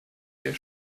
der